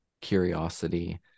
curiosity